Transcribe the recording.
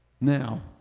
Now